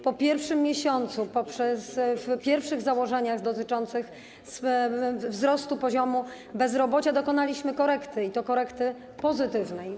Po pierwszym miesiącu, w pierwszych założeniach dotyczących wzrostu poziomu bezrobocia, dokonaliśmy korekty, i to korekty pozytywnej.